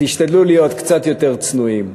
תשתדלו להיות קצת יותר צנועים,